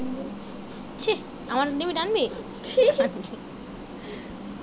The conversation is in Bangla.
ঋণ পরিশধে কোনো ছাড় পাওয়া যায় কি?